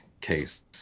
case